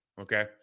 Okay